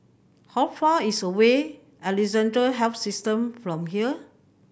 how far is away Alexandra Health System from here